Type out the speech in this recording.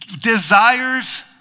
desires